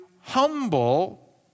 humble